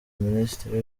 minisitiri